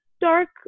dark